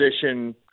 position –